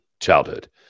childhood